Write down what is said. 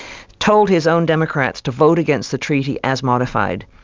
told his own democrats to vote against the treaty as modified.